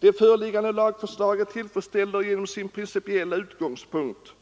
Det föreliggande lagförslaget uppfyller genom sin principiella utgångspunkt